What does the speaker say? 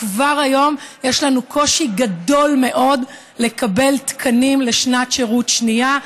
כבר היום יש לנו קושי גדול מאוד לקבל תקנים לשנת שירות שנייה,